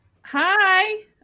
Hi